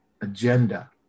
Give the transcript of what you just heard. agenda